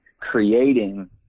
creating